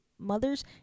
Mothers